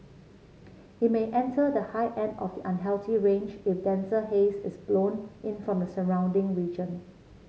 it may enter the high end of the unhealthy range if denser haze is blown in from the surrounding region